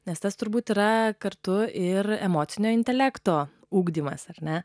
nes tas turbūt yra kartu ir emocinio intelekto ugdymas ar ne